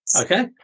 Okay